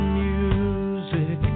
music